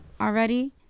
already